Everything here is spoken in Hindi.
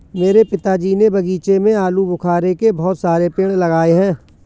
मेरे पिताजी ने बगीचे में आलूबुखारे के बहुत सारे पेड़ लगाए हैं